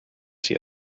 sie